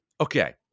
Okay